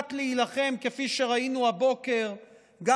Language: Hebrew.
שיודעת להילחם, כפי שראינו הבוקר גם